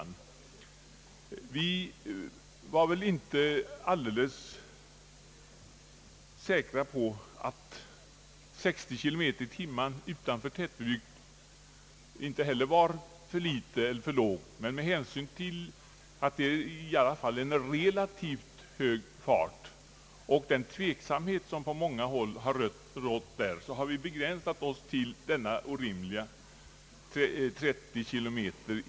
Vi var väl inte alldeles säkra på om inte 60 km tim.